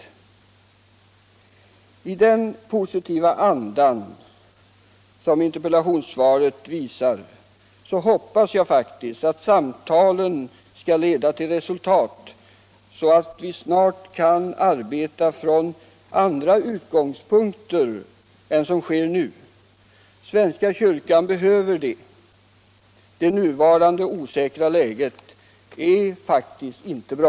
Med hänsyn till den positiva anda som interpellationssvaret visar hoppas jag att samtalen skall leda till resultat, så att det snart blir möjligt att arbeta från andra utgångspunkter än som nu sker. Svenska kyrkan behöver det. Det nuvarande osäkra läget är faktiskt inte bra.